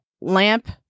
Lamp